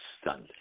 stunned